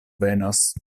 venas